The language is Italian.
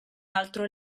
altro